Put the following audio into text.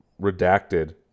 redacted